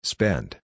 Spend